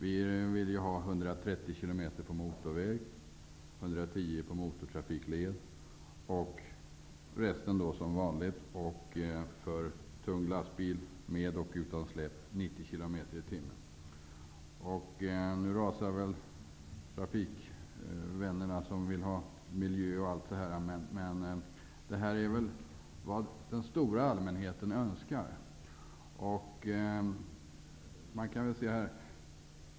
Vi vill ha 130 km på motorväg, 110 på motortrafikled och resten som förut samt för tung lastbil med och utan släp 90 Nu rasar väl vännerna i trafikutskottet som vill ha miljö och allt det här, men detta är vad den stora allmänheten önskar.